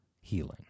healing